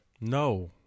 No